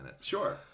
Sure